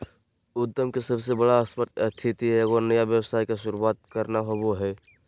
उद्यम के सबसे बड़ा स्पष्ट स्थिति एगो नया व्यवसाय के शुरूआत करना होबो हइ